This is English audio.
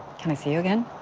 can i see you again?